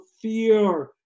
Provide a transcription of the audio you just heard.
fear